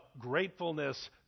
gratefulness